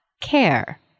care